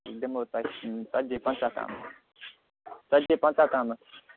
دِمہو تۅہہِ ژتجی پنٛژاہ تام ژتجی پنٛژاہ تامتھ